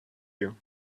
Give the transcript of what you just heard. you